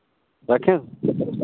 रखें